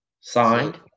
signed